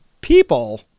People